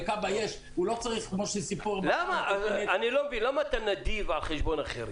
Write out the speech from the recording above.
אני לא מבין, למה אתה נדיב על חשבון אחרים?